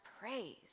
praise